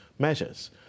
measures